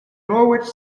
norwich